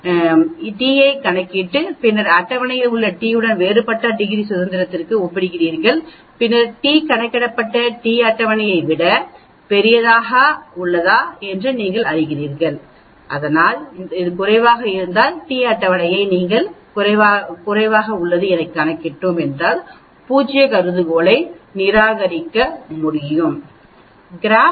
எனவே நீங்கள் சமன்பாட்டிலிருந்து t ஐக் கணக்கிட்டு பின்னர் அட்டவணையில் உள்ள t உடன் வேறுபட்ட டிகிரி சுதந்திரத்திற்காக ஒப்பிடுகிறீர்கள் பின்னர் t கணக்கிடப்பட்ட t அட்டவணையை விட பெரியதா என்று நீங்கள் சொல்கிறீர்கள் அது உங்களிடம் இருந்தால் அதை விட அதிகமாக இருந்தால் நீங்கள் பூஜ்ய கருதுகோள் நிராகரிக்கலாம் ஆனால் அது குறைவாக இருந்தால் t அட்டவணையை விட குறைவாக கணக்கிட்டோம் என்றாள் பூஜ்ய கருதுகோளை நிராகரிக்க முடியாது